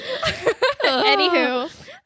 anywho